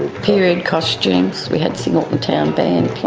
period costumes. we had singleton town but a and